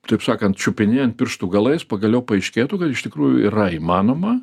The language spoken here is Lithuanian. taip sakant čiupinėjant pirštų galais pagaliau paaiškėtų kad iš tikrųjų yra įmanoma